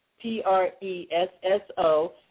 P-R-E-S-S-O